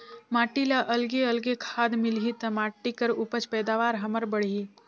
माटी ल अलगे अलगे खाद मिलही त माटी कर उपज पैदावार हमर बड़ही